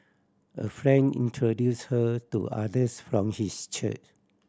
a friend introduced her to others from his church